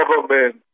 government